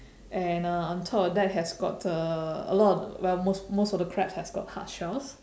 and uh on top of that has got uh a lot of well most most of the crabs has got hard shells